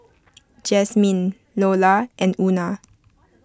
Jasmine Nola and Una